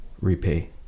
repay